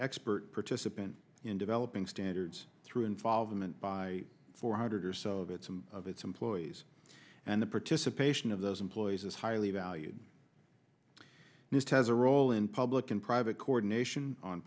expert participant in developing standards through involvement by four hundred or so that some of its employees and the participation of those employees is highly valued and it has a role in public and private coordination on